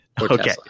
Okay